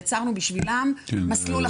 יצרנו בשבילם מסלול אחר.